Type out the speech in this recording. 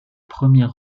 premier